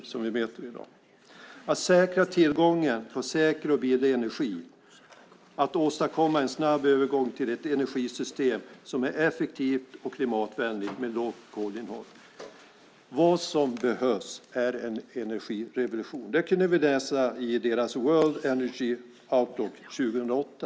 Det handlar om att säkra tillgången på säker och billig energi och att åstadkomma en snabb övergång till ett energisystem som är effektivt och klimatvänligt. Vad som behövs är en energirevolution. Det kunde vi läsa i deras World Energy Outlook 2008.